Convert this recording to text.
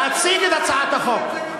להציג את הצעת החוק.